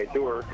Tour